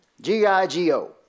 G-I-G-O